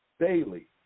daily